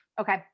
Okay